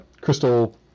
Crystal